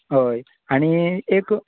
हय आनी एक